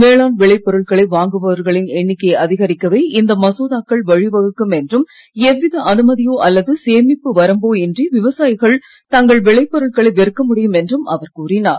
வேளாண் விளைப் பொருட்களை வாங்குபவர்களின் எண்ணிக்கையை அதிகரிக்கவே இந்த மசோதாக்கள் வழிவகுக்கும் என்றும் எவ்வித அனுமதியோ அல்லது சேமிப்பு வரம்போ இன்றி விவசாயிகள் தங்கள் விளைப் பொருட்களை விற்க முடியும் என்றும் அவர் கூறினார்